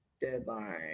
Deadline